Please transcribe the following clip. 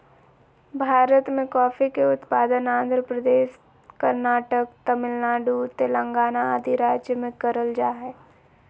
भारत मे कॉफी के उत्पादन आंध्र प्रदेश, कर्नाटक, तमिलनाडु, तेलंगाना आदि राज्य मे करल जा हय